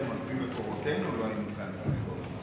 גם לפי מקורותינו לא היינו כאן לפני כל עם אחר.